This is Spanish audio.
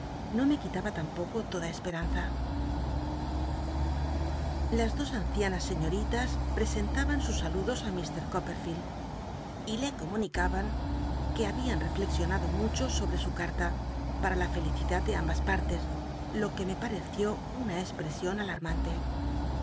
no me quitaba tampoco toda espcranza las dos ancianas scí'iorilas lll'escnurban sus sa ludos á iir coppedield y le comunie rban que habian reflexionado mucho tiempo sobre su ca rta para la felicidad de ambas partes lo que me pa reció una espresion alarmante